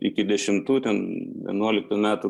iki dešimtų ten vienuoliktų metų